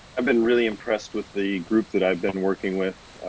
i've been really impressed with the group that i've been working with.